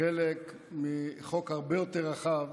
חלק מחוק הרבה יותר רחב,